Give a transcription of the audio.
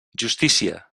justícia